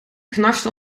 knarste